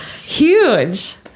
Huge